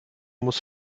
muss